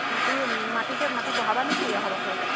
মাটি মাটিকে মাটি বঢ়াবানে কি অহা বছৰকৈ